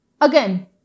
Again